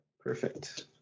Perfect